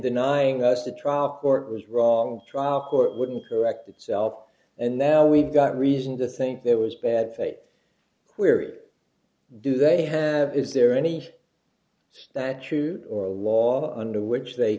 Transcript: denying us the trial court was wrong trial court wouldn't correct itself and now we've got reason to think there was bad fit where do they have is there any statute or a law under which they